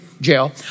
jail